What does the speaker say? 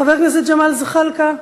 חבר הכנסת ג'מאל זחאלקה.